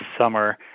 summer